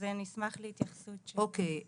אז אני אשמח להתייחסות של --- אוקיי,